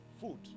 food